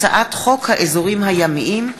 הצעת חוק שיפוט בתי-דין יהודיים קראיים (נישואין וגירושין),